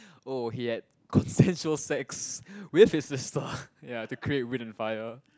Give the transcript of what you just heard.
oh he had consensual sex with his sister ya to create wind and fire